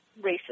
racist